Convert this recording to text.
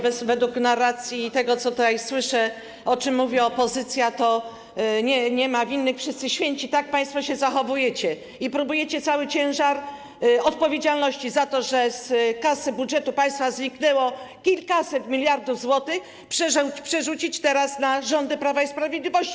Według narracji tego, co tutaj słyszę, o czym mówi opozycja, to nie ma winnych, wszyscy święci - tak państwo się zachowujecie i próbujecie cały ciężar odpowiedzialności za to, że z kasy budżetu państwa zniknęło kilkaset miliardów złotych, przerzucić teraz na rządy Prawa i Sprawiedliwości.